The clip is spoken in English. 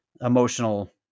emotional